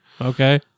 Okay